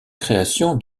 création